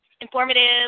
informative